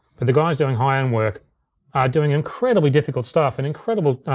but the guys doing high-end work are doing incredibly difficult stuff and incredible